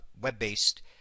web-based